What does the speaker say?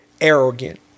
arrogant